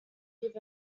give